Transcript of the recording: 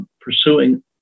pursuing